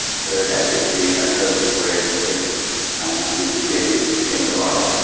so ethically angola was very simple and we were clearly in the right.